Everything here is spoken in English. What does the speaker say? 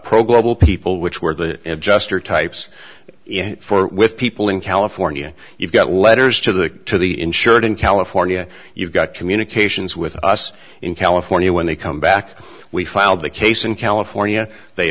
pro global people which were just or types for with people in california you've got letters to the to the insured in california you've got communications with us in california when they come back we filed the case in california they